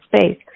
space